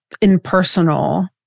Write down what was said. impersonal